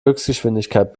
höchstgeschwindigkeit